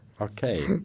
Okay